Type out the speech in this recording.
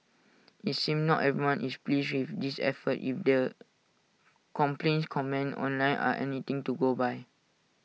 IT seems not everyone is pleased with this effort if the complaints comments online are anything to go by